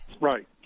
Right